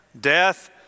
death